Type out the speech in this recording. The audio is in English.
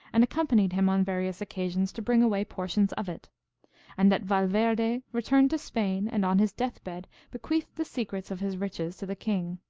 and accompanied him on various occasions to bring away portions of it and that valverde returned to spain, and on his death-bed bequeathed the secret of his riches to the king.